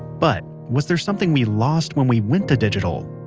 but, was there something we lost when we went to digital?